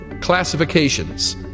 classifications